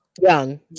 young